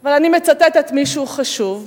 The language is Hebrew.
אבל אני מצטטת מישהו חשוב,